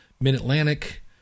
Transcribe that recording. Mid-Atlantic